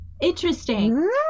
Interesting